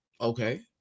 okay